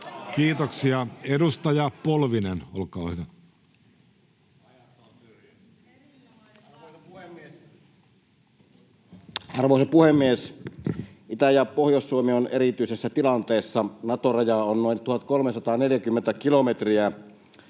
Time: 16:46 Content: Arvoisa puhemies! Itä- ja Pohjois-Suomi on erityisessä tilanteessa. Nato-rajaa on noin 1 340 kilometriä.